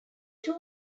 two